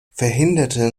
verhinderte